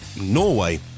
Norway